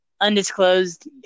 undisclosed